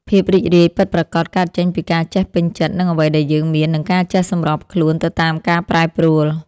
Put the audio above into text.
ភាពរីករាយពិតប្រាកដកើតចេញពីការចេះពេញចិត្តនឹងអ្វីដែលយើងមាន និងការចេះសម្របខ្លួនទៅតាមការប្រែប្រួល។